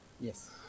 yes